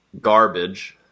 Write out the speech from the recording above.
garbage